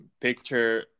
picture